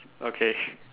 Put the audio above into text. okay